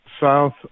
south